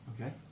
Okay